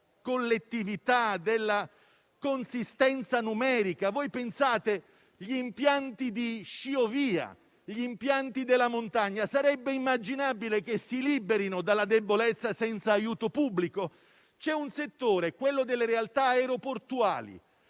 collettività, della consistenza numerica. Pensate agli impianti di sciovia, agli impianti della montagna: sarebbe immaginabile che si liberino dalla debolezza senza l'aiuto pubblico? C'è un settore - quello delle realtà aeroportuali